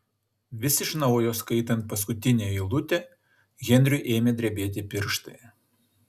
vis iš naujo skaitant paskutinę eilutę henriui ėmė drebėti pirštai